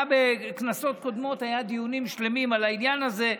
בכנסות קודמות היו דיונים שלמים על העניין הזה,